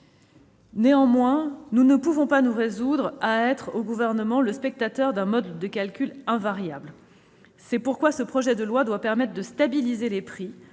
Gouvernement, nous ne pouvons pas nous résoudre à être spectateurs d'un mode de calcul invariable. C'est pourquoi le projet de loi doit permettre de stabiliser les prix